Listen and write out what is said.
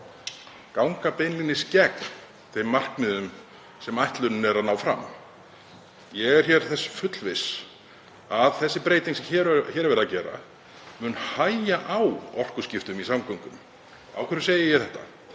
ganga beinlínis gegn þeim markmiðum sem ætlunin er að ná fram. Ég er þess fullviss að sú breyting sem hér er verið að gera muni hægja á orkuskiptum í samgöngum. Af hverju segi ég þetta?